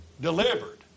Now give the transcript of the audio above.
delivered